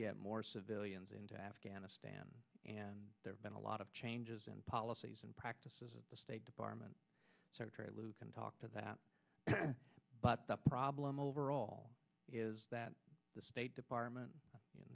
get more civilians into afghanistan and there have been a lot of changes in policies and practices of the state department lou can talk to that but the problem overall is that the state department